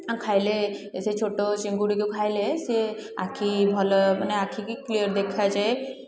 ତାକୁ ଖାଇଲେ ସେଇ ଛୋଟ ଚିଙ୍ଗୁଡ଼ିକୁ ଖାଇଲେ ସେ ଆଖି ଭଲ ମାନେ ଆଖି କି କ୍ଲିୟର୍ ଦେଖାଯାଏ